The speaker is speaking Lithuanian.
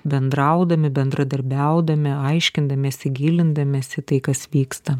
bendraudami bendradarbiaudami aiškindamiesi gilindamiesi tai kas vyksta